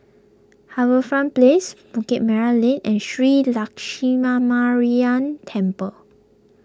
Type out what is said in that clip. HarbourFront Place Bukit Merah Lane and Shree Lakshminarayanan Temple